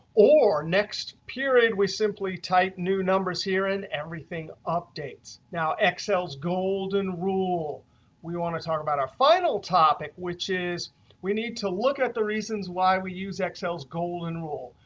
or next period, we simply type new numbers here and everything updates. now, excel's golden rule we want to talk about our final topic, which is we need to look at the reasons why we use excel's golden rule.